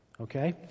Okay